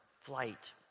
flight